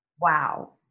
Wow